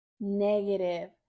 negative